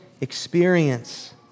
experience